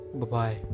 bye-bye